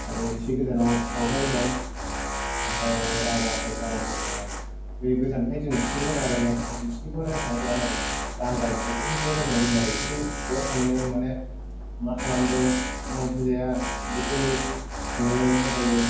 आरो एसे गोजानाव सावथाल दं ओमफ्राय राभाफोर गार'फोर दङ आरो बे गोजानखाय जों बिसोरनिखौ बारा रायलायनो रोङा ओरै बांगाल सावथालनिखौ रायलायनो रोङो आरो बिसोरजों बहाय थांनो मानो मा खालामदों मा ओंख्रि जाया बिदिखौ सोङो रायलायो